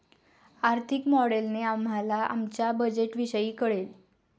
आर्थिक मॉडेलने आम्हाला आमच्या बजेटविषयी कळेल